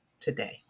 today